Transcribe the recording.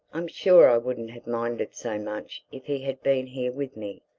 i'm sure i wouldn't have minded so much if he had been here with me.